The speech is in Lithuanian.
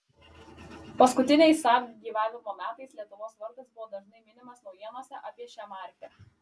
paskutiniais saab gyvavimo metais lietuvos vardas buvo dažnai minimas naujienose apie šią markę